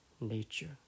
nature